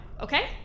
Okay